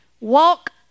walk